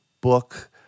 book